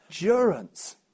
Endurance